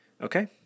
okay